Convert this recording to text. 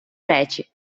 речі